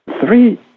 three